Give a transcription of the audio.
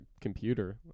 computer